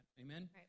Amen